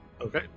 Okay